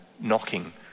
knocking